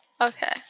Okay